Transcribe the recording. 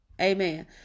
Amen